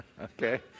Okay